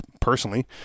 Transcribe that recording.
personally